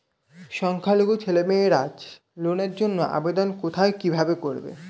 সংখ্যালঘু ছেলেমেয়েরা লোনের জন্য আবেদন কোথায় কিভাবে করবে?